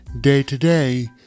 day-to-day